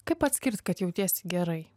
kaip atskirt kad jautiesi gerai